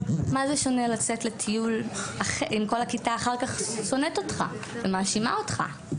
מה זה שונה לצאת לטיול אם כל הכיתה אחר כך שונאת אותך ומאשימה אותך?